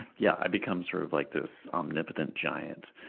yeah. i become sort of like this omnipotent giant.